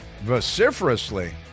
Vociferously